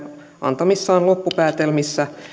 antamissaan loppupäätelmissä